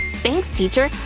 thanks, teacher!